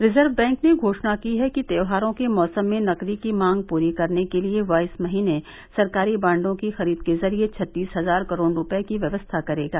reserve bank ने घोषणा की है कि त्यौहारों के मौसम में नकदी की मांग पूरी करने के लिए वह इस महीने सरकारी बांडों की खरीद के जरिए छत्तीस हजार करोड़ रुपये की व्यवस्था करेगा